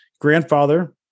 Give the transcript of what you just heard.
grandfather